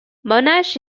monash